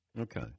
Okay